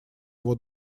его